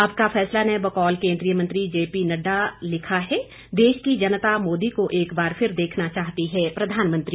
आपका फैसला ने बकौल केंद्रीय मंत्री जे पी नडडा लिखा है देश की जनता मोदी को एक बार फिर देखना चाहती है प्रधानमंत्री